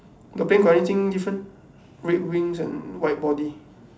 your paint got anything different red wings and white body